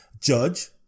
Judge